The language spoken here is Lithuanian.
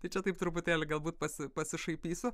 tai čia taip truputėlį galbūt pasi pasišaipysiu